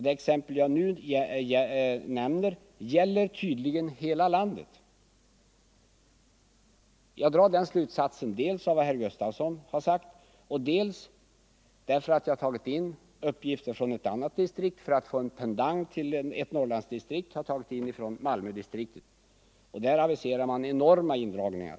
Det exempel jag nu nämner gäller tydligen hela landet. Jag drar den slutsatsen av uppgifter som jag tagit in från hela Malmödistriktet — dit även Alvesta hör — som pendang till uppgifterna från Norrlandsdistriktet. I Malmödistriktet aviserar man enorma indragningar.